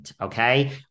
okay